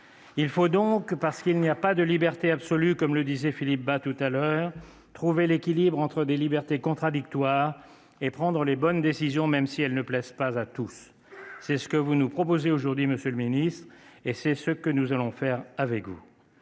létale. Comme il n'y a pas de liberté absolue, il faut trouver un équilibre entre des libertés contradictoires et prendre les bonnes décisions, même si elles ne plaisent pas à tous. C'est ce que vous proposez aujourd'hui, monsieur le ministre, et c'est ce que nous allons faire avec vous.